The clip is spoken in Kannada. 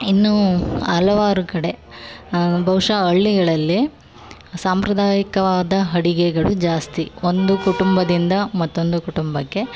ಇನ್ನೂ ಹಲವಾರು ಕಡೆ ಬಹುಶಃ ಹಳ್ಳಿಗಳಲ್ಲಿ ಸಾಂಪ್ರದಾಯಿಕವಾದ ಅಡುಗೆಗಳು ಜಾಸ್ತಿ ಒಂದು ಕುಟುಂಬದಿಂದ ಮತ್ತೊಂದು ಕುಟುಂಬಕ್ಕೆ